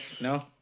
No